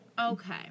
Okay